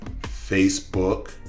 facebook